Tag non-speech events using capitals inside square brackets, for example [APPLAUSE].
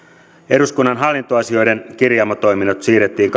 eduskunnan hallintoasioiden kirjaamotoiminnot siirrettiin [UNINTELLIGIBLE]